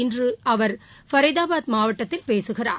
இன்று அவர் ஃபரிதாபாத் மாவட்டத்தில் பேசுகிறார்